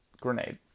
grenade